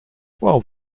while